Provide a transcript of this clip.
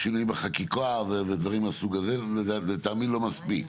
שינוי בחקיקה ודברים מהסוג הזה, ולטעמי לא מספיק.